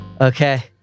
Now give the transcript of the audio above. Okay